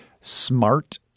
smart